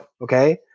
okay